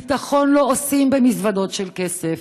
ביטחון לא עושים במזוודות של כסף,